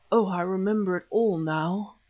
oh! i remember it all now.